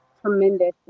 tremendous